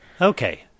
Okay